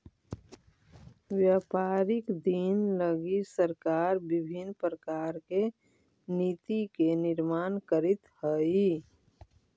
व्यापारिक दिन लगी सरकार विभिन्न प्रकार के नीति के निर्माण करीत हई